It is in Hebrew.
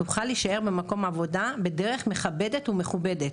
תוכל להישאר במקום העבודה בדרך מכבדת ומכובדת.